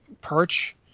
perch